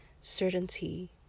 certainty